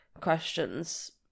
questions